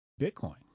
Bitcoin